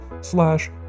slash